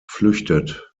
flüchtet